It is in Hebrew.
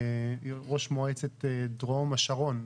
ראש מועצת דרום השרון,